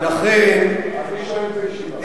אני שואל בישיבה.